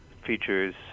features